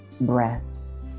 breaths